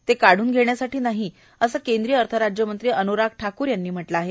ते कादून घेण्यासाठी नाही असं केंद्रीय अर्धराज्य मंत्री अबुराण ठाकूर यांनी म्हटलं आहे